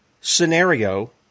scenario